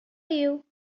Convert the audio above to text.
you